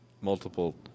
multiple